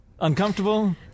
uncomfortable